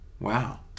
wow